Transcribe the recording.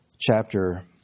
chapter